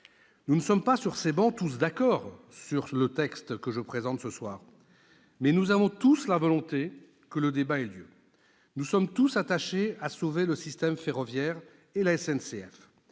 Nous ne sommes pas, sur ces travées, tous d'accord sur le texte que je présente ce soir. Mais nous avons tous la volonté que le débat ait lieu. Nous sommes tous attachés à sauver le système ferroviaire et la SNCF.